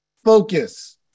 Focus